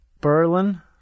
Berlin